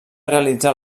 realitzar